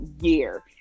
year